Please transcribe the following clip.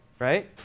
right